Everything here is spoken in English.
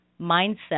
mindset